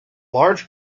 large